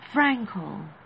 Frankel